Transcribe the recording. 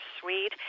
sweet